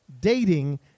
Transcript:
dating